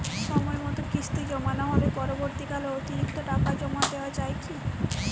সময় মতো কিস্তি জমা না হলে পরবর্তীকালে অতিরিক্ত টাকা জমা দেওয়া য়ায় কি?